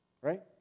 Right